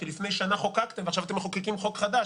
כי לפני שנה חוקקתם ועכשיו אתם מחוקקים חוק חדש.